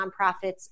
nonprofits